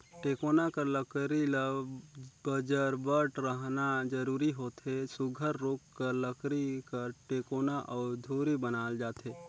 टेकोना कर लकरी ल बजरबट रहना जरूरी होथे सुग्घर रूख कर लकरी कर टेकोना अउ धूरी बनाल जाथे